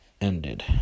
ended